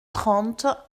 trente